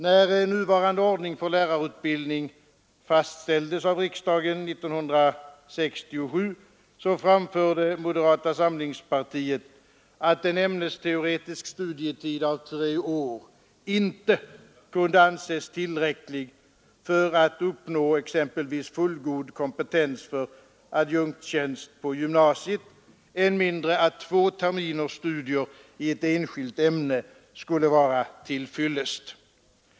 När nuvarande ordning för lärarutbildningen fastställdes av riksdagen år 1967 framförde moderata samlingspartiet att en ämnesteoretisk studietid av tre år inte kunde anses tillräcklig för att uppnå exempelvis fullgod kompetens för adjunktstjänst på gymnasiet, än mindre att två terminers studier i ett enskilt ämne skulle vara till fyllest.